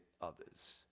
others